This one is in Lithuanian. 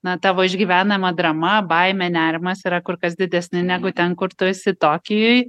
na tavo išgyvenama drama baimė nerimas yra kur kas didesni negu ten kur tu esi tokijuj